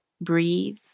breathe